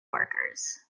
workers